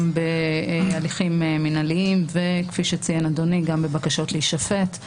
גם בהליכים מינהליים וגם בבקשות להישפט,